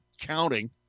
counting